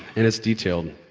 and it's detailed,